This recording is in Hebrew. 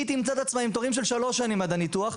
היא תמצא את עצמה עם תורים של שלוש שנים עד הניתוח,